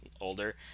older